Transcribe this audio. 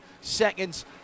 seconds